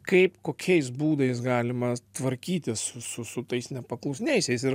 kaip kokiais būdais galima tvarkytis su su tais nepaklusniaisiais ir